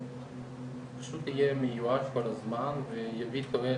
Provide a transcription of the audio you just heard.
פשוט יהיה מיועד כל הזמן ויביא תועלת.